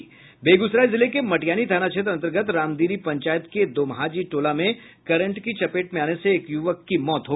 बेगूसराय जिले के मटिहानी थाना क्षेत्र अंतर्गत रामदीरी पंचायत के दोमहाजी टोला में करंट की चपेट में आने से एक युवक की मौत हो गयी